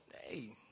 Hey